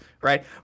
right